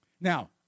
Now